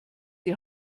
die